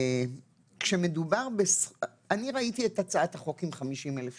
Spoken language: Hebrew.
אני ראיתי את הצעת החוק עם 50,000 שקל.